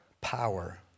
power